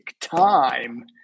time